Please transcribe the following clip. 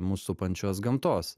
mus supančios gamtos